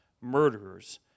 murderers